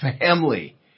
family